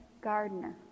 gardener